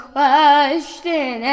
Question